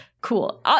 cool